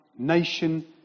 nation